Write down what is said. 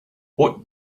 what